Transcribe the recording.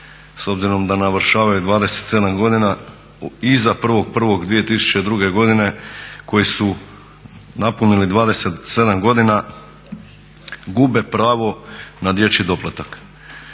s obzirom da navršavaju 27 godina iza 1.1.2002.godine koji su napunili 27 godina gube pravo na dječji doplatak.